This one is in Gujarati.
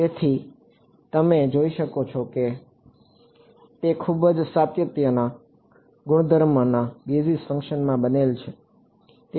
તેથી તમે જોઈ શકો છો કે તે ખૂબ જ સરસ સાતત્ય ગુણધર્મ બેઝિસ ફંક્શનમાં બનેલ છે